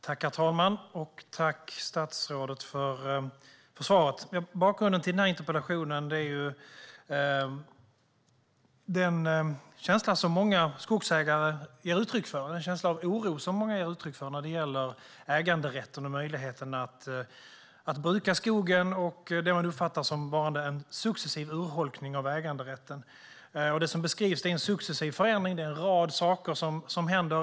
Herr talman! Tack, statsrådet, för svaret! Bakgrunden till interpellationen är den känsla av oro som många skogsägare ger uttryck för när det gäller äganderätten och möjligheten att bruka skogen och det som uppfattas såsom varande en successiv urholkning av äganderätten. Det som beskrivs är en successiv förändring och en rad saker som händer.